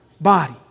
body